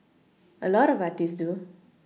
a lot of artists do